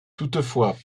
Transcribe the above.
toutefois